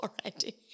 already